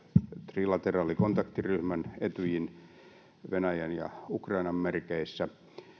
trilateraalin kontaktiryhmän etyjin venäjän ja ukrainan merkeissä